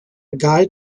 guide